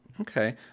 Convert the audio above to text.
Okay